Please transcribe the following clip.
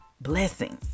blessings